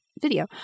video